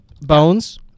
bones